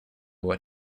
what